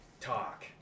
talk